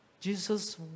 Jesus